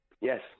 Yes